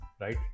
right